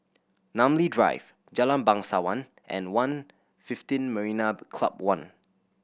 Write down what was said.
Namly Drive Jalan Bangsawan and One fifteen Marina Club One